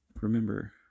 Remember